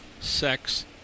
sex